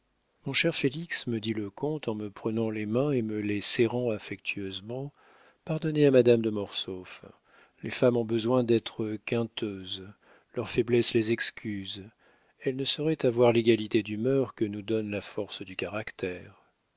mon cher félix me dit le comte en me prenant les mains et me les serrant affectueusement pardonnez à madame de mortsauf les femmes ont besoin d'être quinteuses leur faiblesse les excuse elles ne sauraient avoir l'égalité d'humeur que nous donne la force du caractère